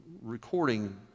recording